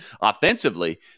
Offensively